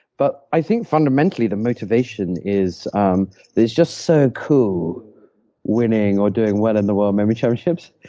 but i think fundamentally the motivation is um it's just so cool winning or doing well in the world memory championships.